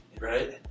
Right